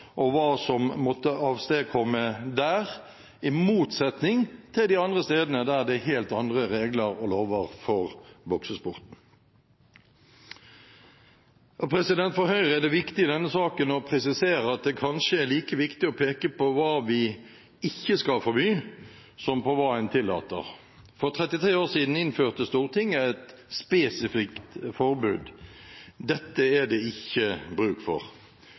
og hva som måtte avstedkomme der, i motsetning til de andre stedene, der det er helt andre regler og lover for boksesporten. For Høyre er det viktig i denne saken å presisere at det kanskje er like viktig å peke på hva vi ikke skal forby, som på hva vi tillater. For 33 år siden innførte Stortinget et spesifikt forbud. Dette er det ikke bruk for.